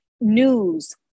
news